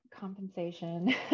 compensation